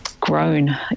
grown